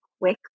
quick